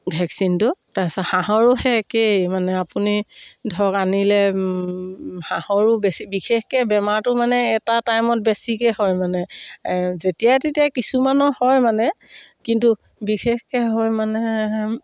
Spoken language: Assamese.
ভেকচিনটো তাৰপিছত হাঁহৰো সেই একেই মানে আপুনি ধৰক আনিলে হাঁহৰো বেছি বিশেষকৈ বেমাৰটো মানে এটা টাইমত বেছিকৈ হয় মানে যেতিয়াই তেতিয়াই কিছুমানৰ হয় মানে কিন্তু বিশেষকৈ হয় মানে